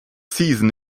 season